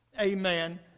amen